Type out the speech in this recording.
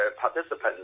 participants